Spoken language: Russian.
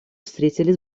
встретили